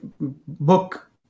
book